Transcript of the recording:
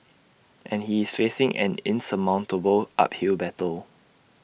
and he is facing an insurmountable uphill battle